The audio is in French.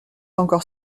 encore